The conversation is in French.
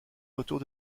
autour